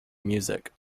music